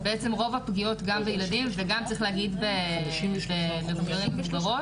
בעצם רוב הפניות גם בילדים וגם מבוגרים ומבוגרות,